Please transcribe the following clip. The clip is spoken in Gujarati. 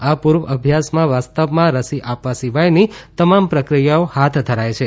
આ પુર્વાભ્યાસમાં વાસ્તવમાં રસી આપવા સિવાયની તમામ પ્રક્રિયાઓ હાથ ધરાય છે